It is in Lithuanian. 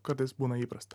kartais būna įprasta